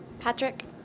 Patrick